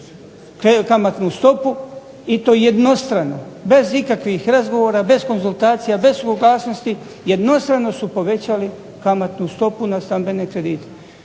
kamatnu stopu i to jednostrano, bez ikakvih razgovora, bez konzultacija, bez suglasnosti, jednostrano su povećali kamatnu stopu na stambene kredite.